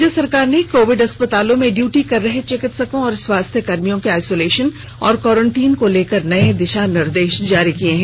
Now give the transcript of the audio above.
राज्य सरकार ने कोविड अस्पतालों में ङ्यूटी कर रहे चिकित्सकों और स्वास्थ्यकर्मियों के आइसोलेशन और क्वारेंटीन को लेकर नए दिशा निर्देश जारी किए हैं